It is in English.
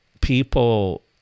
people